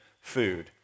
food